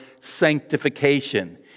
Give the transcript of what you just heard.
sanctification